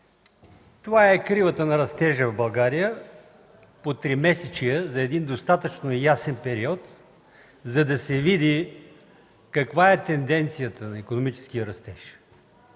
това е кривата на растежа в България по тримесечие за един достатъчно ясен период, за да се види каква е тенденцията на икономическия растеж.